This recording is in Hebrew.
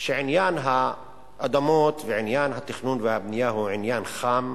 שעניין האדמות ועניין התכנון והבנייה הוא עניין חם,